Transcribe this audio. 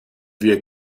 wir